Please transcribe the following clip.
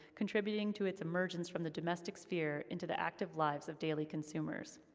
contributing to its emergence from the domestic sphere into the active lives of daily consumers.